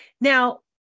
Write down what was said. Now